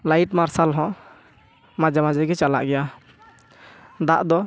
light ᱢᱟᱨᱥᱟᱞ ᱦᱚᱸ ᱢᱟᱡᱷᱮ ᱢᱟᱷᱮ ᱜᱮ ᱪᱟᱞᱟᱜ ᱜᱮᱭᱟ ᱫᱟᱜ ᱫᱚ